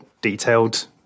detailed